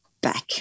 back